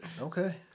Okay